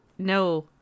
no